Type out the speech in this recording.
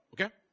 Okay